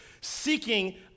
seeking